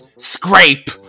scrape